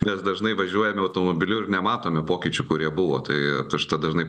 nes dažnai važiuojame automobiliu ir nematome pokyčių kurie buvo tai aš tą dažnai